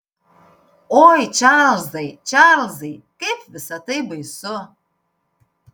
oi čarlzai čarlzai kaip visa tai baisu